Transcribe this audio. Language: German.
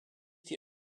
die